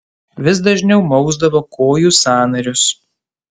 vis dažniau mausdavo kojų sąnarius